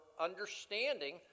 understanding